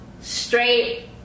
straight